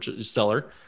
seller